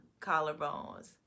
collarbones